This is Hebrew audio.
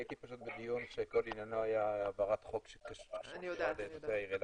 הייתי פשוט בדיון שכל עניינו העברת חוק --- העיר אילת.